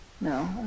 no